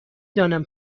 دانم